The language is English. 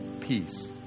peace